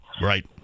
right